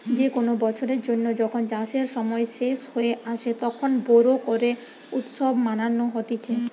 যে কোনো বছরের জন্য যখন চাষের সময় শেষ হয়ে আসে, তখন বোরো করে উৎসব মানানো হতিছে